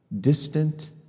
distant